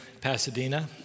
Pasadena